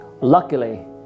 Luckily